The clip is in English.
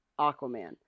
Aquaman